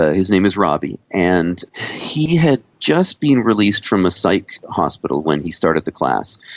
his name is robbie, and he had just been released from a psych hospital when he started the class,